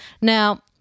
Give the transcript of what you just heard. Now